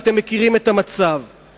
ואתם מכירים את המצב,